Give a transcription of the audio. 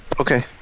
Okay